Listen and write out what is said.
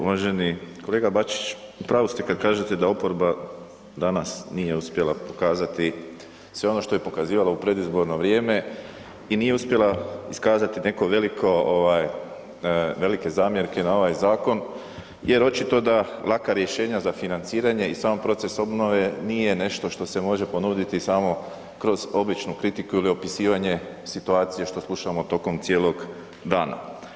Uvaženi kolega Bačić, u pravu ste kad kažete da oporba danas nije uspjela pokazati sve ono što je pokazivala u predizborno vrijeme i nije uspjela iskazati neko veliko ovaj, velike zamjerke na ovaj zakon jer očito da laka rješenja za financiranje i sam proces obnove nije nešto što se može ponuditi samo kroz običnu kritiku ili opisivanje situacije što slušamo tokom cijelog dana.